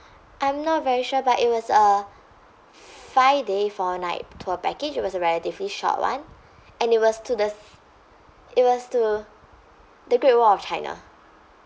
I'm not very sure but it was a five day four night tour package it was a relatively short one and it was to the it was to the great wall of china